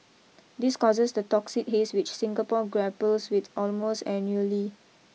this causes the toxic haze which Singapore grapples with almost annually